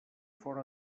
fora